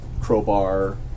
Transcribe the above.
crowbar